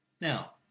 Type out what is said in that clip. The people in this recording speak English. Now